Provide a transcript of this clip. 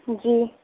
جی